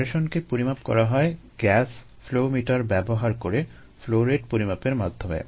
অ্যারেশনকে পরিমাপ করা হয় গ্যাস ফ্লো মিটার ব্যবহার করে ফ্লো রেট পরিমাপের মাধ্যমে